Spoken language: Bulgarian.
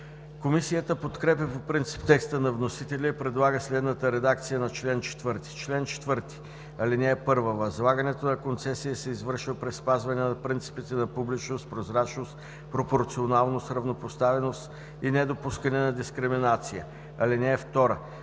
Комисията подкрепя по принцип текста на вносителя и предлага следната редакция на чл. 4: „Чл. 4. (1) Възлагането на концесия се извършва при спазване на принципите на публичност, прозрачност, пропорционалност, равнопоставеност и недопускане на дискриминация. (2)